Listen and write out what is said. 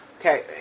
Okay